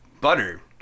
butter